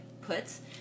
puts